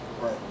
Right